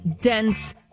dense